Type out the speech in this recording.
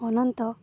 ଅନନ୍ତ